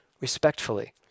respectfully